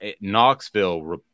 knoxville